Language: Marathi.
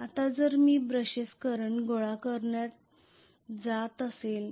आता मला करंट गोळा करणारे ब्रशेस हवे असतील